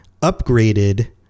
upgraded